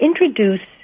introduce